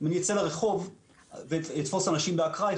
אני אצא לרחוב ואתפוס אנשים באקראי,